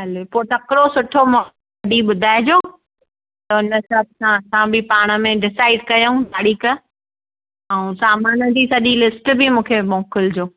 हलो पोइ तकिड़ो सुठो महुरतु ॾींहुं ॿुधाइजो त हुन हिसाब सां असां बि पाण में डिसाइड कयऊं तारीख अऊं सामान जी सॼी लिस्ट बि मूंखे मोकिलिजो